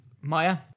Maya